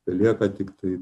belieka tiktai